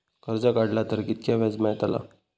कर्ज काडला तर कीतक्या व्याज मेळतला?